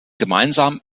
gemeinsam